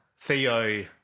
Theo